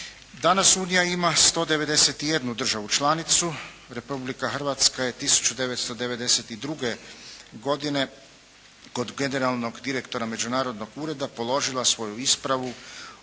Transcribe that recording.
Danas Unija ima 191 državu članicu, Republika Hrvatska je 1992. godine kod generalnog direktora međunarodnog ureda položila svoju ispravu